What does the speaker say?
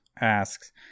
asks